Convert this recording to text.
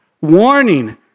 warning